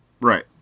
right